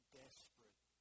desperate